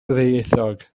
ddwyieithog